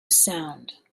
sound